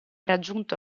raggiunto